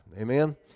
Amen